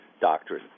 doctrine